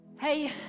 Hey